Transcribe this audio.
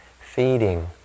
feeding